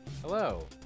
hello